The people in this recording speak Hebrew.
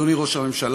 אדוני ראש הממשלה,